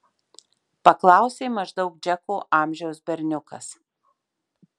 paklausė maždaug džeko amžiaus berniukas